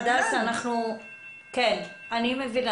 אני מבינה.